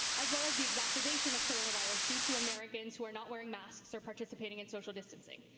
as well as the exacerbation of coronavirus due to americans who are not wearing masks or participating in social distancing.